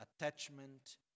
attachment